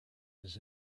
his